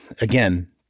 Again